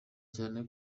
cyane